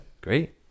great